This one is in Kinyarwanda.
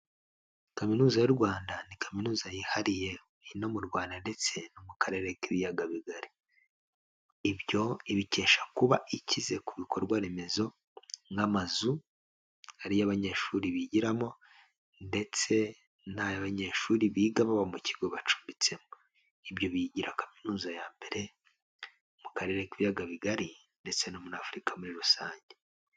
Kaminuza y'u Rwanda, ni kaminuza yihariye iri no mu Rwanda ndetse no mu karere k'ibiyaga bigari, ibyo ibikesha kuba ikize ku bikorwa remezo nk'amazu, ari yo abanyeshuri bigiramo, ndetse n'ayo abanyeshuri biga baba mu kigo bacumbitsemo, ibyo biyigira kaminuza ya mbere mu karere k'ibiyaga bigari ndetse no muri Afurika muri rusange.